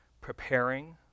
preparing